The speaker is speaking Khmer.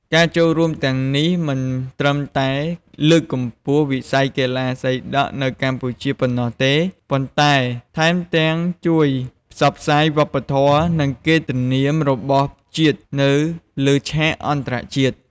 ការចូលរួមទាំងនេះ មិនត្រឹមតែលើកកម្ពស់វិស័យកីឡាសីដក់នៅកម្ពុជាប៉ុណ្ណោះទេ ប៉ុន្តែថែមទាំងជួយផ្សព្វផ្សាយវប្បធម៌ និងកិត្តិនាមរបស់ជាតិនៅលើឆាកអន្តរជាតិ។